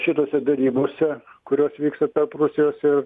šitose derybose kurios vyksta tarp rusijos ir